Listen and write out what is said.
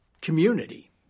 community